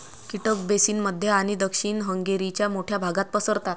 कीटक बेसिन मध्य आणि दक्षिण हंगेरीच्या मोठ्या भागात पसरतात